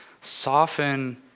soften